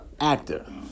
actor